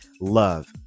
love